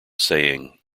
saying